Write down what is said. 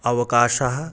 अवकाशः